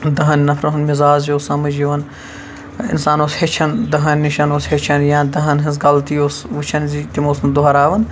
دَہَن نَفرَن ہُنٛد مِزاج اوس سمجھ یِوان اِنسان اوس ہیٚچھان دَہَن نِش اوس ہیٚچھان یا دَہَن ہٕنٛز غَلطی اوس وٕچھان زِ تِم اوس نہٕ دوٚہراوان کینٛہہ